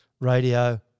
radio